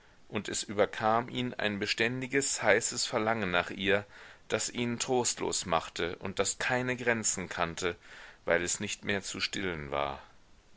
und es überkam ihn ein beständiges heißes verlangen nach ihr das ihn trostlos machte und das keine grenzen kannte weil es nicht mehr zu stillen war